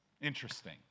Interesting